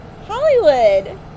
Hollywood